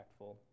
impactful